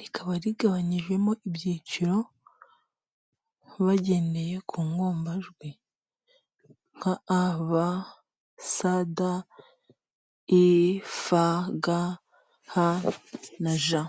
rikaba rigabanyijemo ibyiciro bagendeye ku ngombajwi nka aba sa da i fa ga ha na ja.